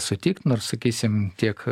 sutikt nors sakysim tiek